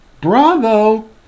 bravo